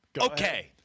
Okay